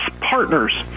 partners